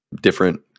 different